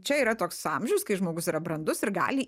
čia yra toks amžius kai žmogus yra brandus ir gali